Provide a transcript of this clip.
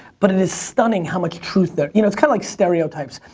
but it is stunning how much truth there, you know, it's kinda like stereotypes.